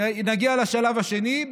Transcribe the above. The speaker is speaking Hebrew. נגיע לשלב השני,